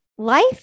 life